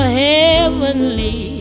heavenly